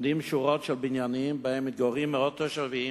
עומדים בניינים בשורות ומתגוררים בהם מאות תושבים.